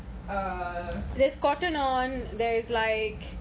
err